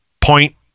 Point